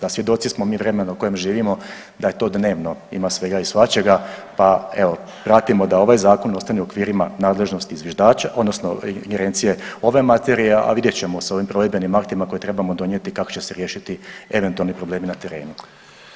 A svjedoci smo mi vremena u kojem živimo da je to dnevno, ima svega i svačega, pa evo pratimo da ovaj zakon ostane u okvirima nadležnosti zviždača odnosno ingerencije ove materije, a vidjet ćemo s ovim provedbenim aktima koje trebamo donijeti kako će se riješiti eventualni problemi na terenu.